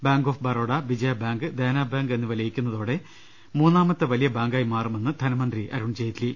bank of Baroda Vijaya bank Dena bank എന്നിവ ലയിക്കുന്നതോടെ മൂന്നാമത്തെ വലിയ ബ്രാങ്കായി മാറുമെന്ന് ധനമന്ത്രി അരുൺ ജെയ്റ്റ്ലി